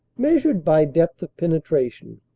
measured by depth of penetration,